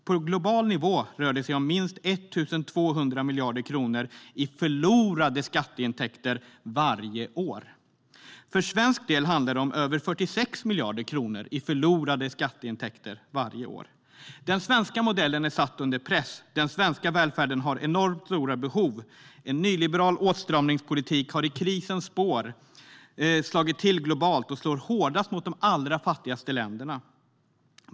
På global nivå rör det sig om minst 1 200 miljarder kronor i förlorade skatteintäkter varje år. För svensk del handlar det om över 46 miljarder kronor i förlorade skatteintäkter varje år. Den svenska modellen är satt under press. Den svenska välfärden har enormt stora behov. En nyliberal åtstramningspolitik har i krisens spår slagit till globalt och slår hårdast mot de allra fattigaste länderna.